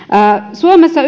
suomessa